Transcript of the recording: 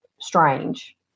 strange